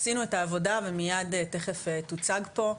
עשינו את העבודה ומיד תיכף תוצג פה,